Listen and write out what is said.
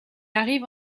arrive